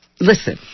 listen